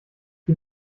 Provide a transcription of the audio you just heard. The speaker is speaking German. für